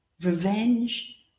Revenge